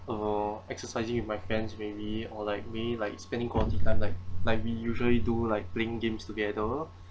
uh exercising with my friends may be or like me like spending quality time like like we usually do like playing games together